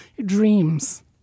dreams